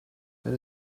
wenn